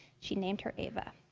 she'd named her eva.